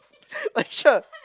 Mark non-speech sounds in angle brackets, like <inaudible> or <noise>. <laughs> Alicia